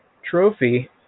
trophy